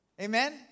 Amen